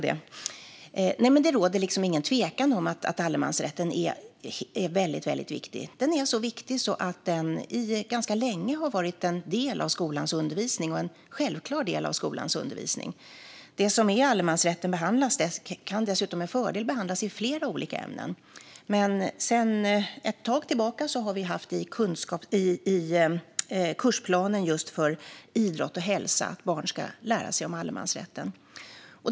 Det råder ingen tvekan om att allemansrätten är mycket viktig. Den är så viktig att den ganska länge har varit en självklar del av skolans undervisning. Det som är allemansrätten kan dessutom med fördel behandlas i flera olika ämnen. Sedan ett tag tillbaka har vi dock haft i kursplanen för idrott och hälsa att barn ska lära sig om allemansrätten.